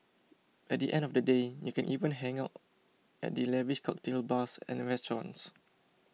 at the end of the day you can even hang out at the lavish cocktail bars and restaurants